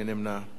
מי נמנע?